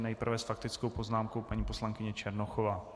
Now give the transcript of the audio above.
Nejprve s faktickou poznámkou paní poslankyně Černochová.